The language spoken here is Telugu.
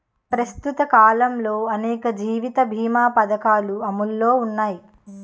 ప్రస్తుత కాలంలో అనేక జీవిత బీమా పధకాలు అమలులో ఉన్నాయి